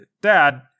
Dad